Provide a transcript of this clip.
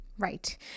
Right